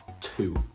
two